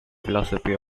philosophy